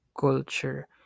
culture